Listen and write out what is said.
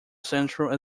central